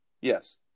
Yes